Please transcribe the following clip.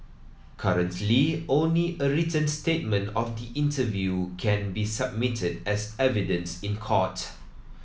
currently only a written statement of the interview can be submitted as evidence in court